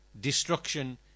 destruction